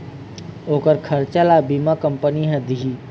ओखर खरचा ल बीमा कंपनी ह दिही